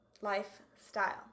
Lifestyle